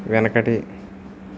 వెనకటి